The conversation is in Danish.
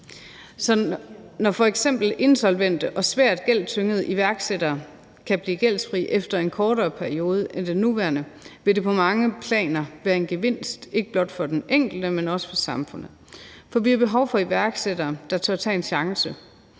når f.eks. insolvente og svært gældstyngede iværksættere kan blive gældfri efter en kortere periode end den nuværende, vil det på mange planer være en gevinst, ikke blot for den enkelte, men også for samfundet, for vi har behov for iværksættere, der tør tage en chance,